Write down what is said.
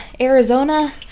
Arizona